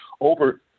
Over